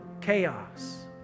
chaos